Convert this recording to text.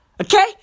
Okay